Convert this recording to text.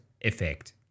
effect